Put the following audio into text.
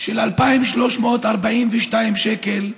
של 2,342 שקל,